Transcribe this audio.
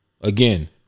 Again